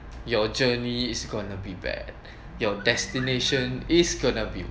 your journey is gonna be bad your destination is gonna be